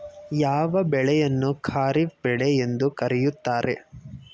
ಯಾವ ಬೆಳೆಯನ್ನು ಖಾರಿಫ್ ಬೆಳೆ ಎಂದು ಕರೆಯುತ್ತಾರೆ?